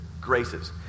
graces